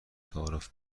تعارف